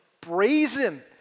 brazen